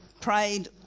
prayed